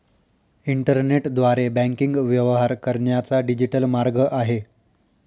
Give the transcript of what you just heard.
इंटरनेटद्वारे बँकिंग व्यवहार करण्याचा डिजिटल मार्ग आहे